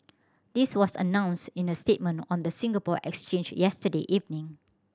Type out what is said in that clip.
this was announced in a statement on the Singapore Exchange yesterday evening